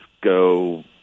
go